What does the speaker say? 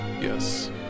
yes